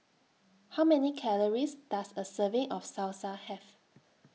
How Many Calories Does A Serving of Salsa Have